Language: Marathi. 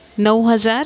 नऊ हजार